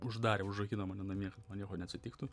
uždarė užrakino mane namie kad man nieko neatsitiktų